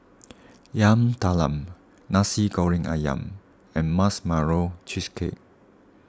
Yam Talam Nasi Goreng Ayam and Marshmallow Cheesecake